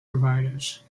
providers